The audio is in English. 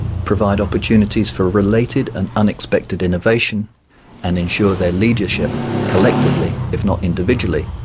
provide opportunities for related and unexpected innovation and ensure their leadership collectively, if not individually,